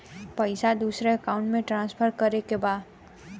पैसा दूसरे अकाउंट में ट्रांसफर करें के बा?